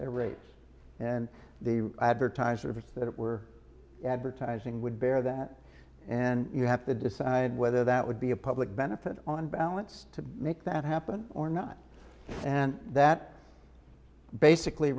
their rates and the advertiser if that were advertising would bear that and you have to decide whether that would be a public benefit on balance to make that happen or not and that basically